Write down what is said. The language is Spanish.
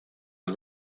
los